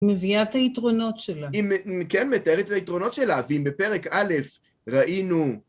מביאה את היתרונות שלה. היא כן מתארת את היתרונות שלה, ואם בפרק א', ראינו...